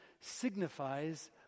signifies